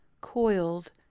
coiled